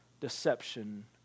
deception